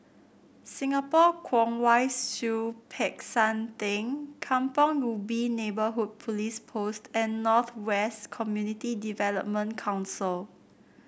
Singapore Kwong Wai Siew Peck San Theng Kampong Ubi Neighbourhood Police Post and North West Community Development Council